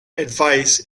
advice